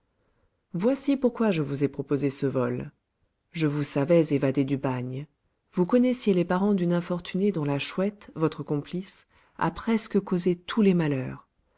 voici pourquoi je vous ai proposé ce vol je vous savais évadé du bagne vous connaissiez les parents d'une infortunée dont la chouette votre complice a presque causé tous les malheurs